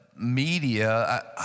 media